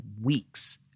weeks